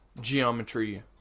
Geometry